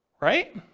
right